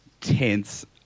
tense